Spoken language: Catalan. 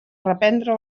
reprendre